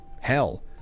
hell